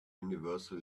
universal